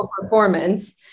performance